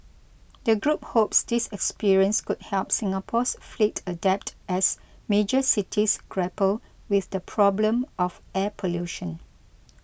the group hopes this experience could help Singapore's fleet adapt as major cities grapple with the problem of air pollution